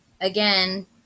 Again